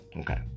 Okay